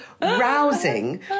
rousing